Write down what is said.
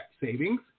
savings